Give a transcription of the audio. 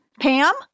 Pam